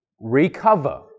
recover